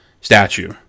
statue